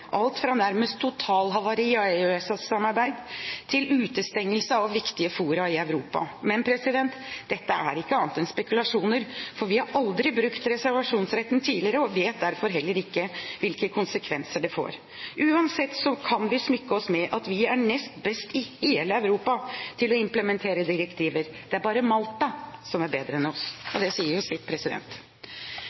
alt fra nærmest totalhavari av EØS-samarbeidet til utestengelse fra viktige fora i Europa. Men dette er ikke annet enn spekulasjoner. Vi har aldri brukt reservasjonsretten tidligere, og vet derfor heller ikke hvilke konsekvenser det får. Uansett kan vi smykke oss med at vi er nest best i hele Europa til å implementere direktiver. Det er bare Malta som er bedre enn oss. Det sier jo sitt.